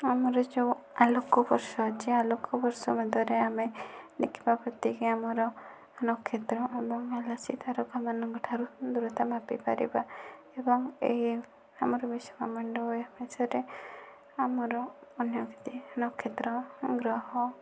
ଆମର ଯେଉଁ ଆଲୋକ ବର୍ଷ ଯେ ଆଲୋକ ବର୍ଷ ମଧ୍ୟରେ ଆମେ ଦେଖିବା ପ୍ରତ୍ୟେକ ଆମର ନକ୍ଷତ୍ର ଏବଂ ଭଲ ସେ ତରକା ମାନଙ୍କଠାରୁ ଦୂରତା ମାପିପାରିବା ଏବଂ ଏହି ଆମର ବିଶ୍ଵ ମଣ୍ଡଳରେ ବିଷୟରେ ଆମର ଅନ୍ୟ କେତେ ନକ୍ଷତ୍ର ଗ୍ରହ